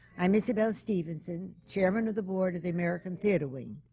i'm isabelle stevenson, chairman of the board of the american theatre wing.